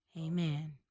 Amen